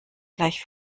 gleich